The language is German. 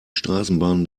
straßenbahn